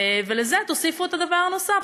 לזה תוסיפו את הדבר הנוסף,